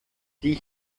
die